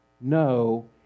No